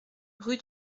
rue